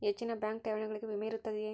ಹೆಚ್ಚಿನ ಬ್ಯಾಂಕ್ ಠೇವಣಿಗಳಿಗೆ ವಿಮೆ ಇರುತ್ತದೆಯೆ?